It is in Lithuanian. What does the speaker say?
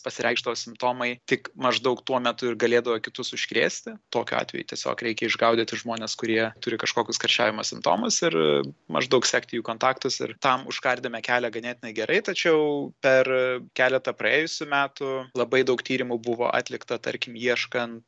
pasireikšdavo simptomai tik maždaug tuo metu ir galėdavo kitus užkrėsti tokiu atveju tiesiog reikia išgaudyti žmones kurie turi kažkokius karščiavima simptomus ir maždaug sekti jų kontaktus ir tam užkardėme kelią ganėtinai gerai tačiau per keletą praėjusių metų labai daug tyrimų buvo atlikta tarkim ieškant